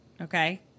Okay